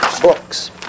Books